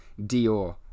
Dior